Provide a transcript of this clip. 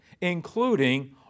including